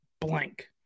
blank